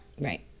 right